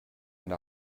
and